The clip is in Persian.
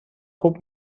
خوب